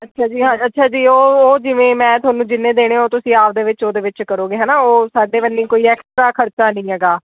ਅੱਛਾ ਜੀ ਅੱਛਾ ਜੀ ਉਹ ਉਹ ਜਿਵੇਂ ਮੈਂ ਤੁਹਾਨੂੰ ਜਿੰਨੇ ਦੇਣੇ ਉਹ ਤੁਸੀਂ ਆਪ ਦੇ ਵਿੱਚ ਉਹਦੇ ਵਿੱਚ ਕਰੋਗੇ ਹੈ ਨਾ ਉਹ ਸਾਡੇ ਵੱਲ ਕੋਈ ਐਕਸਟਰਾ ਖਰਚਾ ਨਹੀਂ ਹੈਗਾ